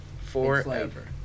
forever